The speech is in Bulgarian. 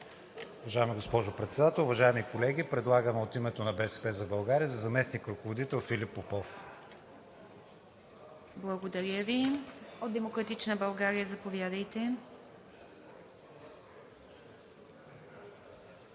Уважаема госпожо Председател, уважаеми колеги! Предлагаме от името на „БСП за България“ за заместник-ръководител Филип Попов. ПРЕДСЕДАТЕЛ ИВА МИТЕВА: Благодаря Ви. От „Демократична България“, заповядайте.